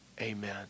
Amen